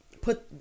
put